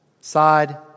side